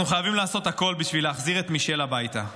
אנחנו חייבים לעשות הכול בשביל להחזיר את מישל הביתה,